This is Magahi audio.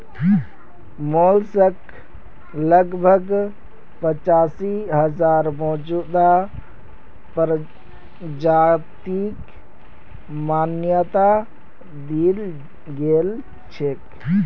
मोलस्क लगभग पचासी हजार मौजूदा प्रजातिक मान्यता दील गेल छेक